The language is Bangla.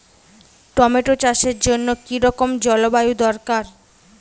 টমেটো চাষের জন্য কি রকম জলবায়ু দরকার?